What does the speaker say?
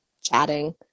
chatting